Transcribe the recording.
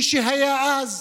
מי שהיה אז,